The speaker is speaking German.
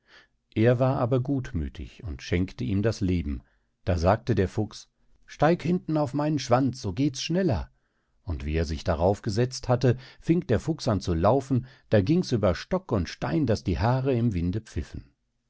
er war aber gutmüthig und schenkte ihm das leben da sagte der fuchs steig hinten auf meinen schwanz so gehts schneller und wie er sich darauf gesetzt hatte fing der fuchs an zu laufen da gings über stock und stein daß die haare im winde pfiffen